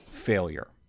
failure